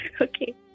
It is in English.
Okay